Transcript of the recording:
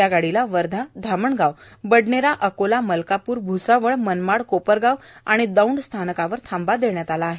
या गाडीला वर्धा धामणगाव बडनेरा अकोला मलकापूर भूसावळ मनमाड कोपरगाव दौंड स्थानकावर थांबा देण्यात आला आहे